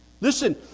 Listen